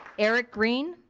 eric green.